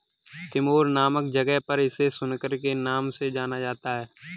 Timor नामक जगह पर इसे सुकर के नाम से जाना जाता है